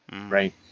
Right